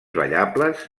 ballables